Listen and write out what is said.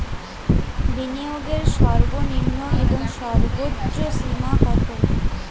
বিনিয়োগের সর্বনিম্ন এবং সর্বোচ্চ সীমা কত?